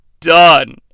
done